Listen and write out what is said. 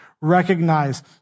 Recognize